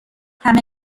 همه